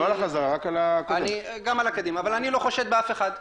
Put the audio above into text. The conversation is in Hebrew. אבל אני לא חושד באף אחד.